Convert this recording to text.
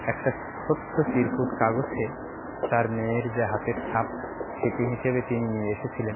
একটা ছোট্ট চিরকুট কাগজে তার মেয়ের যে হাতের ছাপ স্মৃতি হিসেবে তিনি নিয়ে এসেছিলেন